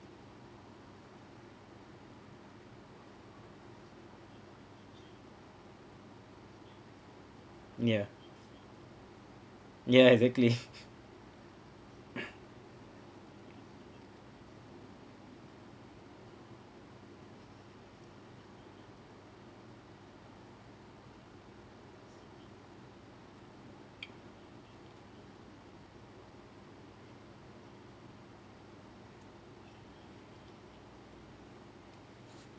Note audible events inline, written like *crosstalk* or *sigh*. ya ya exactly *laughs* *noise*